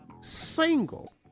single